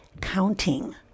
counting